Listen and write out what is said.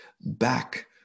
back